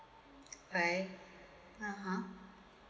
right (uh huh)